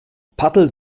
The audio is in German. paddel